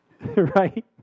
Right